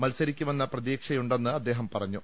മത്സ രിക്കുമെന്ന പ്രതീക്ഷയുണ്ടെന്ന് അദ്ദേഹം പറഞ്ഞു